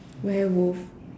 werewolf